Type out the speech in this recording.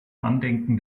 andenken